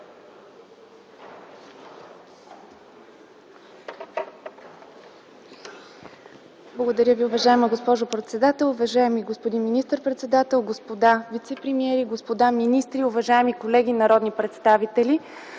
Благодаря Ви, уважаема госпожо председател. Уважаеми господин министър-председател, господа вицепремиери, господа министри, уважаеми колеги народни представители!